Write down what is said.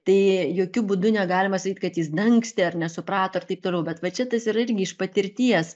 tai jokiu būdu negalima sakyt kad jis dangstė ar nesuprato ir taip toliau va čia tas yra irgi iš patirties